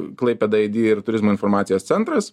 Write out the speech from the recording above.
i klaipėdą aidi ir turizmo informacijos centras